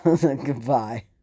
Goodbye